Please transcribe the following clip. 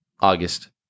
August